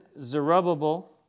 Zerubbabel